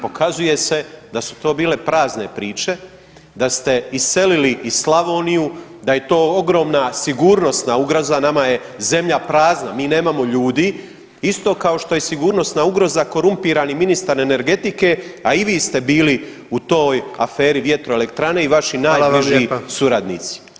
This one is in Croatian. Pokazuje se da su to bile prazne priče, da ste iselili i Slavoniju, da je to ogromna sigurnosna ugroza, nama je zemlja prazna, mi nemamo ljudi isto kao što je sigurnosna ugroza korumpirani ministar energetike, a i vi ste bili u toj aferi vjetroelektrane [[Upadica: Hvala vam lijepa.]] i vaši najbliži suradnici.